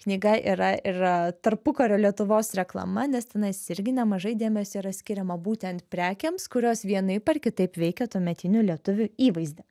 knyga yra ir tarpukario lietuvos reklama nes tenais irgi nemažai dėmesio yra skiriama būtent prekėms kurios vienaip ar kitaip veikė tuometinių lietuvių įvaizdį